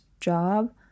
job